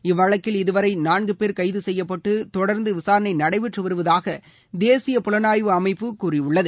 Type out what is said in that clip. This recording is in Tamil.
இவ்வழக்கில் இதுவரை நான்கு பேர் கைது செய்யப்பட்டு தொடர்ந்து விசாரணை நடைபெற்று வருவதாக தேசிய புலனாய்வு அமைப்பு கூறியுள்ளது